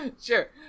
sure